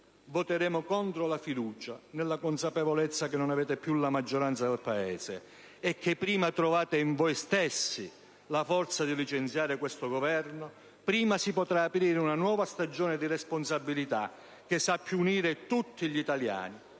voteremo contro la fiducia, nella consapevolezza che non avete più la maggioranza nel Paese e che prima trovate in voi stessi la forza di licenziare questo Governo, prima si potrà aprire una nuova stagione di responsabilità, che sappia unire tutti gli italiani,